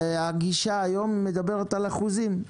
והגישה היום מדברת על אחוזים,